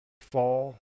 fall